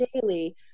daily